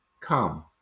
come